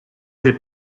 des